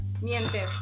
Mientes